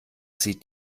sie